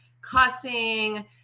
cussing